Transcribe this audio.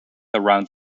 around